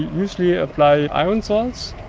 usually apply iron salts,